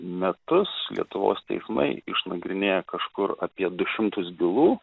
metus lietuvos teismai išnagrinėja kažkur apie du šimtus bylų